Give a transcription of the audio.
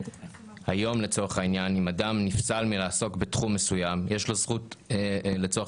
שהיום לצורך העניין אם אדם נפסל לעסוק בתחום מסוים יש לו זכות לערער.